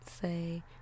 say